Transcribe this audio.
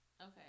Okay